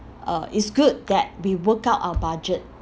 uh it's good that we work out our budget